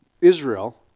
Israel